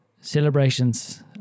celebrations